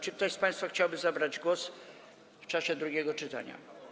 Czy ktoś z państwa chciałby zabrać głos w czasie drugiego czytania?